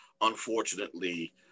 unfortunately